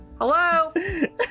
Hello